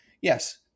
yes